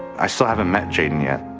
i still haven't met jayden yet.